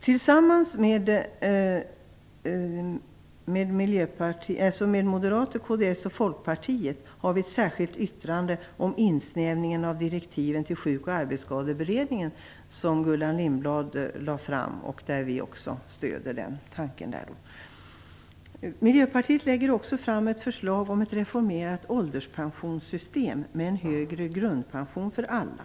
Tillsammans med Moderaterna, kds och Folkpartiet har vi ett särskilt yttrande om insnävningen av direktiven till Sjuk och arbetsskadeberedningen, med Gullan Lindblad som första namn. Vi stöder den tanke som framförs där. Miljöpartiet lägger också fram ett förslag om ett reformerat ålderspensionssystem med en högre grundpension för alla.